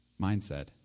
mindset